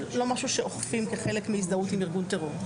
לא משהו שאוכפים כחלק מהזדהות עם ארגון טרור.